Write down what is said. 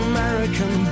American